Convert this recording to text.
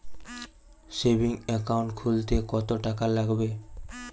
Savings account খুলতে কতটাকা লাগবে?